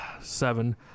Seven